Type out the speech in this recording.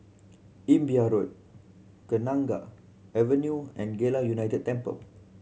Imbiah Road Kenanga Avenue and Geylang United Temple